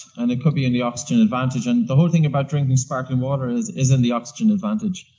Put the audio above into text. and it could be in the oxygen advantage. and the whole thing about drinking sparkling water is is in the oxygen advantage.